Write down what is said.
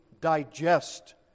digest